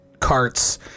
carts